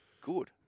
Good